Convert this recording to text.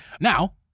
Now